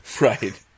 right